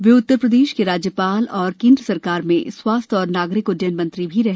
वे उत्तर प्रदेश के राज्यपाल और केंद्र सरकार में स्वास्थ्य और नागरिक उड्डयन मंत्री भी रहे